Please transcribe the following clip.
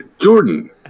Jordan